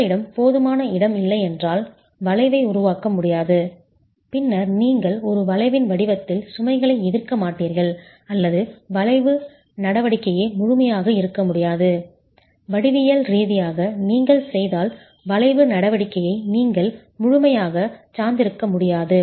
உங்களிடம் போதுமான இடம் இல்லையென்றால் வளைவை உருவாக்க முடியாது பின்னர் நீங்கள் ஒரு வளைவின் வடிவத்தில் சுமைகளை எதிர்க்க மாட்டீர்கள் அல்லது வளைவு நடவடிக்கையே முழுமையாக இருக்க முடியாது வடிவியல் ரீதியாக நீங்கள் செய்தால் வளைவு நடவடிக்கையை நீங்கள் முழுமையாகச் சார்ந்திருக்க முடியாது